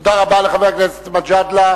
תודה רבה לחבר הכנסת מג'אדלה,